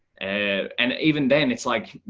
and even then it's like,